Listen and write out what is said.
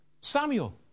Samuel